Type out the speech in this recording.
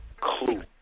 clue